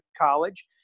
college